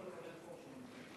תודה לך.